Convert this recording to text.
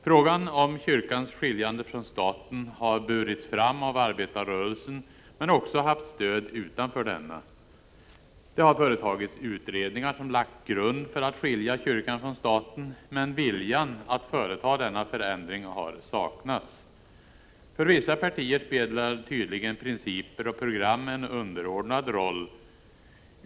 Frågan om kyrkans skiljande från staten har burits fram av arbetarrörelsen men också haft stöd utanför denna. Det har företagits utredningar som lagt grund för att skilja kyrkan från staten, men viljan att företa denna förändring har saknats. För vissa partier spelar tydligen principer och program en underordnad roll.